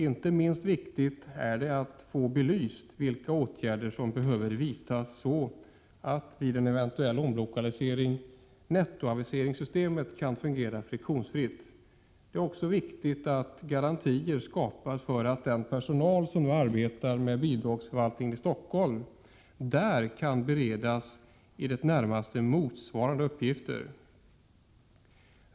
Inte minst viktigt är det att få belyst vilka åtgärder som behöver vidtas så att nettoaviseringssystemet vid en eventuell omlokalisering kan fungera friktionsfritt. Det är också viktigt att garantier skapas för att den personal som nu arbetar med bidragsförvaltningen i Stockholm där kan beredas i det närmaste motsvarande uppgifter.